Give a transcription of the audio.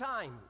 time